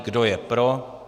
Kdo je pro?